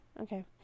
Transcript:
Okay